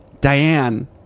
Diane